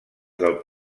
del